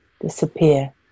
disappear